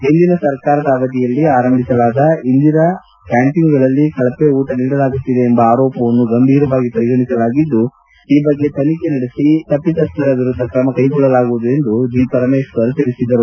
ಹಿಂದಿನ ಸರ್ಕಾರದ ಅವಧಿಯಲ್ಲಿ ಆರಂಭಿಸಲಾದ ಇಂದಿರಾ ಕ್ಯಾಂಟೀನ್ಗಳಲ್ಲಿ ಕಳಪೆ ಊಟ ನೀಡಲಾಗುತ್ತಿದೆ ಎಂಬ ಆರೋಪವನ್ನು ಗಂಭೀರವಾಗಿ ಪರಿಗಣಿಸಲಾಗಿದ್ದು ಈ ಬಗ್ಗೆ ತನಿಖೆ ನಡೆಸಿ ತಪ್ಪಿತಸ್ಥರ ವಿರುದ್ಧ ತ್ರಮ ಕೈಗೊಳ್ಳಲಾಗುವುದು ಎಂದು ಅವರು ತಿಳಿಸಿದರು